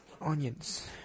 Onions